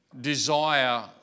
desire